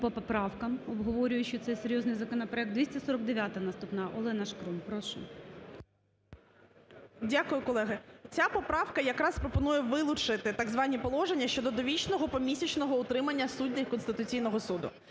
по поправкам, обговорюючи цей серйозний законопроект. 249-а наступна. Олена Шкрум, прошу. 13:07:29 ШКРУМ А.І. Дякую, колеги. Ця поправка якраз пропонує вилучити так звані положення щодо довічного помісячного утримання суддів Конституційного Суду.